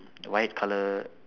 white colour